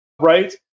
right